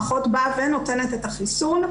האחות באה ונותנת את החיסון.